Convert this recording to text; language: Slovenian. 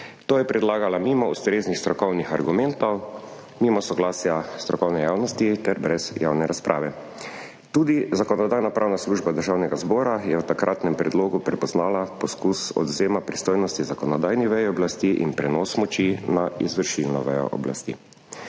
to je predlagala mimo ustreznih strokovnih argumentov, mimo soglasja strokovne javnosti ter brez javne razprave. Tudi Zakonodajno-pravna služba Državnega zbora je v takratnem predlogu prepoznala poskus odvzema pristojnosti zakonodajni veji oblasti in prenos moči na izvršilno vejo oblasti.